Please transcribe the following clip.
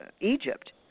Egypt